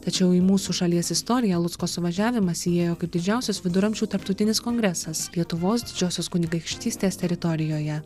tačiau į mūsų šalies istoriją lucko suvažiavimas įėjo kaip didžiausias viduramžių tarptautinis kongresas lietuvos didžiosios kunigaikštystės teritorijoje